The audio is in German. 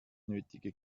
nötige